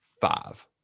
five